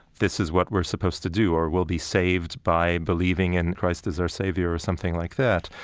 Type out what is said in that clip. this is what we're supposed to do' or we'll be saved by believing in christ as our savior or something like that.